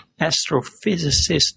astrophysicist